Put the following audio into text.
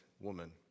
woman